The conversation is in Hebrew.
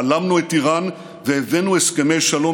בלמנו את איראן והבאנו הסכמי שלום